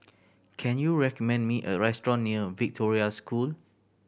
can you recommend me a restaurant near Victoria School